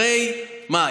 הרי מה,